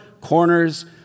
corners